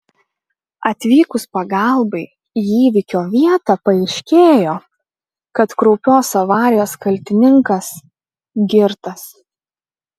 atvykus pagalbai į įvykio vietą paaiškėjo kad kraupios avarijos kaltininkas girtas